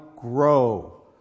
grow